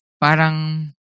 parang